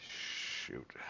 shoot